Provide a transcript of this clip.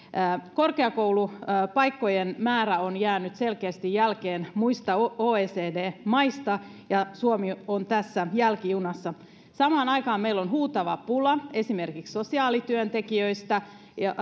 korkeakoulupaikkojen määrä on jäänyt selkeästi jälkeen muista oecd maista ja suomi on tässä jälkijunassa samaan aikaan meillä on huutava pula esimerkiksi sosiaalityöntekijöistä